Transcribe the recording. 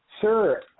sir